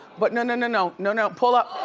but no, no, and no, no, no, pull up.